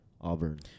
Auburn